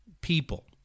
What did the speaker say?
people